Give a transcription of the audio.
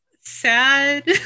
sad